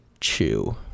chew